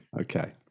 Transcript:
Okay